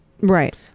right